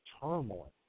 turmoil